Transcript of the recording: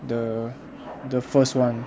the the first one